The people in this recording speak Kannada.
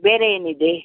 ಬೇರೆ ಏನಿದೆ